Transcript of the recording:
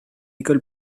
école